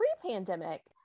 pre-pandemic